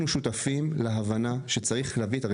שבערב הבחירות הזהירו את הציבור בדיוק ממה שאנחנו עושים עכשיו,